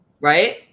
right